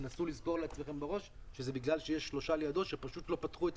תנסו לזכור לעצמכם בראש שזה בגלל שיש שלושה לידו שלא פתחו.